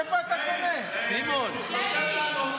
אתה יודע?